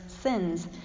sins